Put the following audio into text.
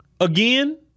again